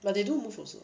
but they do move also